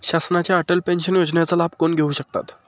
शासनाच्या अटल पेन्शन योजनेचा लाभ कोण घेऊ शकतात?